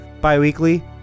bi-weekly